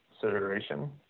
consideration